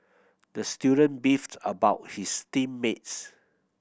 the student beefed about his team mates